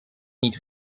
niet